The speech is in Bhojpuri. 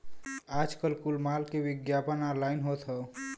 आजकल कुल माल के विग्यापन ऑनलाइन होत हौ